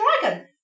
dragon